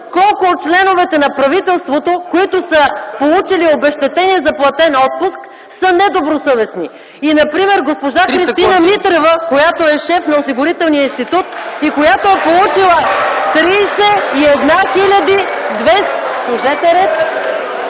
колко от членовете на правителството, които са получили обезщетение за платен отпуск, са недобросъвестни? Например госпожа Христина Митрева, която е шеф на Осигурителния институт (силен шум